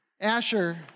Asher